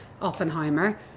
Oppenheimer